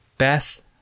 Beth